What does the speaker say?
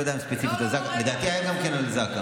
לא יודע אם ספציפית, לדעתי, היה גם על זק"א.